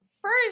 first